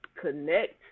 connect